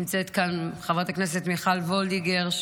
נמצאת כאן חברת הכנסת מיכל וולדיגר,